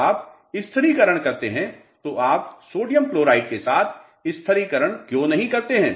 जब आप स्थिरीकरण करते हैं तो आप सोडियम क्लोराइड के साथ स्थिरीकरण क्यों नहीं करते हैं